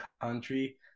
country